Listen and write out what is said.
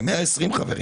על 120 חברים